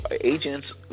agents